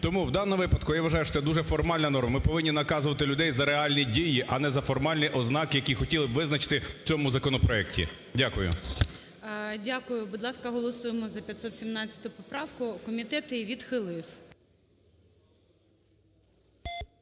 Тому в даному випадку я вважаю, що це дуже формальна норма. Ми повинні наказувати людей за реальні дії, а не за формальні ознаки, які хотіли б визначити в цьому законопроекті. Дякую. ГОЛОВУЮЧИЙ. Дякую. Будь ласка, голосуємо за 517 поправку. Комітет її відхилив.